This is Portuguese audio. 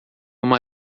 uma